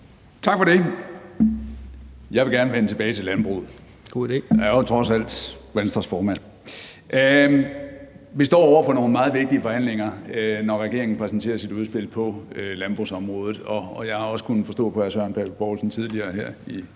Tak for det. Jeg vil gerne vende tilbage til landbruget (Søren Pape Poulsen (KF): God idé) – jeg er jo trods alt Venstres formand. Vi står over for nogle meget vigtige forhandlinger, når regeringen præsenterer sit udspil på landbrugsområdet, og jeg har også kunnet forstå på hr. Søren Pape Poulsen tidligere her i